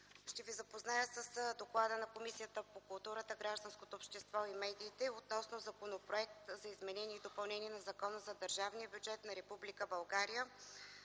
Ще ви запозная с: „ДОКЛАД на Комисията по културата, гражданското общество и медиите относно Законопроект за изменение и допълнение на Закона за държавния бюджет на Република